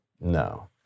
no